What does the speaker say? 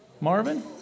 Marvin